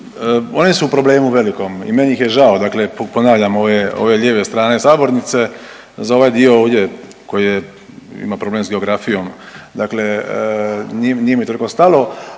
oni su u problemu velikom i meni ih je žao, dakle ponavljam ove lijeve strane sabornice. Za ovaj dio ovdje koji ima problem sa geografijom dakle nije mi toliko stalo.